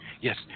Yes